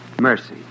mercy